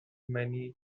many